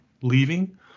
leaving